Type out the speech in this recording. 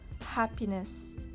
happiness